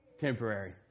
temporary